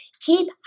keep